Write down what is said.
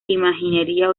imaginería